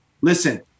Listen